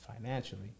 financially